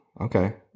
Okay